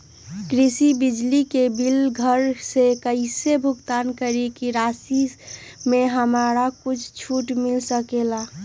कृषि बिजली के बिल घर से कईसे भुगतान करी की राशि मे हमरा कुछ छूट मिल सकेले?